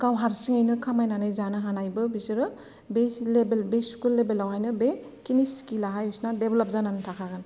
गाव हारसिंयैनो खामायनानै जानो हानायबो बिसोरो बे स्कुल लेभेलावहायनो बेखिनि स्किलआहाय बिसिना डेभेलप जाना थाखागोन